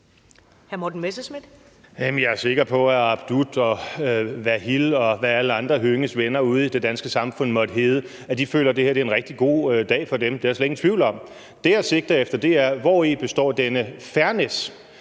jeg er sikker på, at Abdud og Wahil, og hvad alle hr. Karsten Hønges andre venner ude i det danske samfund måtte hedde, føler, at det her er en rigtig god dag for dem. Det er der slet ingen tvivl om. Det, jeg sigter efter, er: Hvori består denne fairness?